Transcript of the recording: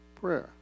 prayer